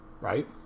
Right